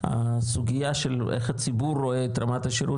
והסוגיה של איך הציבור רואה את רמת השירות